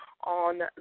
on